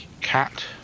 cat